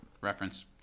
reference